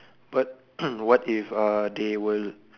but what if uh they will